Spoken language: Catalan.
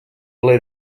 ple